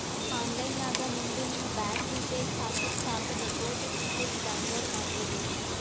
online ನಾಗ್ ನಿಮ್ದು ನಿಮ್ ಬ್ಯಾಂಕ್ ಡೀಟೇಲ್ಸ್ ಹಾಕುರ್ ಸಾಕ್ ಡೆಪೋಸಿಟ್ ಸ್ಲಿಪ್ ಡೌನ್ಲೋಡ್ ಮಾಡ್ಕೋಬೋದು